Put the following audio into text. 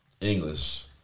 English